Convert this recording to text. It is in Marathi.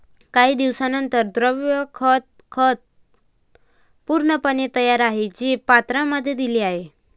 काही दिवसांनंतर, द्रव खत खत पूर्णपणे तयार आहे, जे पत्रांमध्ये दिले आहे